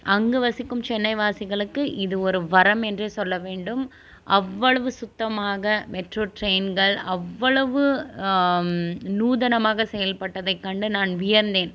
அங்கு வசிக்கும் சென்னை வாசிகளுக்கு இது ஒரு வரம் என்றே சொல்ல வேண்டும் அவ்வளவு சுத்தமாக மெட்ரோ டிரெயின்கள் அவ்வளவு நூதனமாக செயல்பட்டதை கண்டு நான் வியந்தேன்